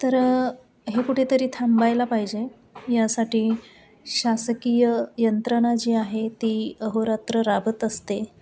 तर हे कुठेतरी थांबायला पाहिजे यासाठी शासकीय यंत्रणा जी आहे ती अहोरात्र राबत असते